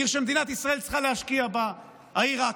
עיר שמדינת ישראל צריכה להשקיע בה, העיר עכו.